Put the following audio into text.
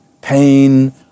pain